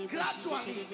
Gradually